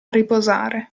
riposare